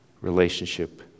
relationship